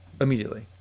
immediately